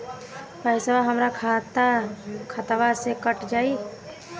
पेसावा हमरा खतवे से ही कट जाई?